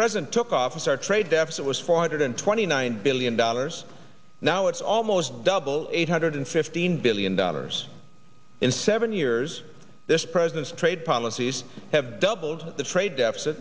president coffs our trade deficit was four hundred twenty nine billion dollars now it's almost double eight hundred fifteen billion dollars in seven years this president's trade policies have doubled the trade deficit